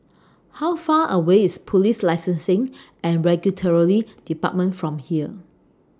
How Far away IS Police Licensing and Regulatory department from here